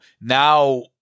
now